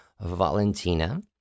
Valentina